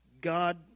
God